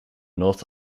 north